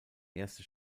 erste